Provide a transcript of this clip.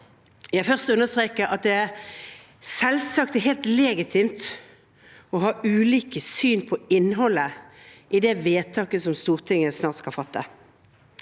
understreke at det selvsagt er helt legitimt å ha ulike syn på innholdet i det vedtaket som Stortinget snart skal fatte.